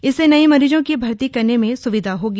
इससे नए मरीजों को भर्ती करने में स्विधा होगी